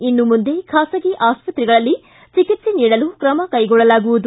ಇನ್ನು ಮುಂದೆ ಖಾಸಗಿ ಆಸ್ಪತ್ರೆಗಳಲ್ಲಿ ಚಿಕಿತ್ಸೆ ನೀಡಲು ಕ್ರಮ ಕೈಗೊಳ್ಳಲಾಗುವುದು